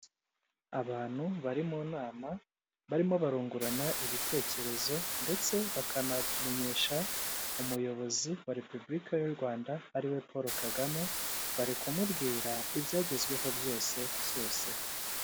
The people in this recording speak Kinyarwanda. Abantu bari mu nama barimo barungurana ibitekerezo, ndetse bakanamenyesha umuyobozi wa Repubulika y' u Rwanda ariwe Paul Kagame, bari kumubwira ibyagezweho byose; byose.